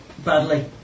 Badly